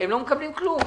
והם לא מקבלים כלום.